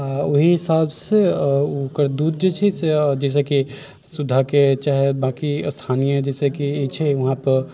आओर ओही हिसाबसँ ओकर दूध जे छै जइसेकि सुधाके चाहे बाकी स्थानीय जइसेकि छै वहाँपर